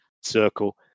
circle